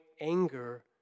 anger